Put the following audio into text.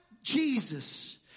Jesus